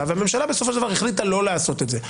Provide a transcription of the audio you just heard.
והממשלה בסופו של דבר החליטה לא לעשות את זה.